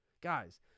Guys